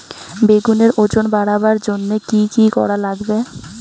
বেগুনের ওজন বাড়াবার জইন্যে কি কি করা লাগবে?